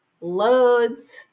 Loads